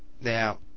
Now